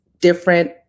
different